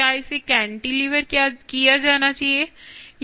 क्या इसे कैंटिलीवर किया जाना चाहिए